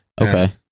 okay